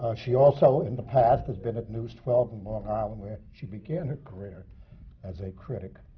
ah she also, in the past, has been at news twelve in long island, where she began her career as a critic.